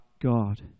God